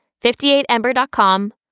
58Ember.com